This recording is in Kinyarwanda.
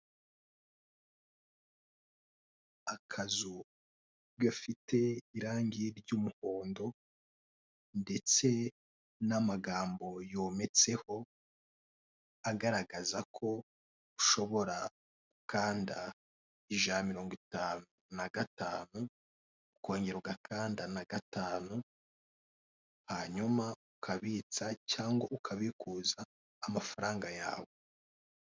Akazu gafite irange ry'umuhondo ndetse n'amagambo yometseho agaragaza ko ushobora gukanda ijana na mirongo itanu na gatanu ukongera ugakanda na gatanu, hanyuma ukabitsa cyangwa ukabikuza amafaranga yawe.